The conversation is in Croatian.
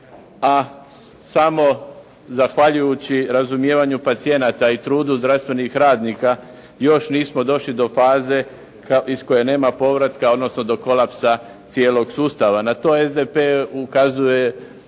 a samo zahvaljujući razumijevanju pacijenata i trudu zdravstvenih radnika još nismo došli do faze iz koje nema povratka odnosno do kolapsa cijelog sustava. Na to SDP ukazuje